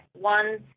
One